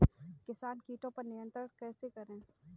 किसान कीटो पर नियंत्रण कैसे करें?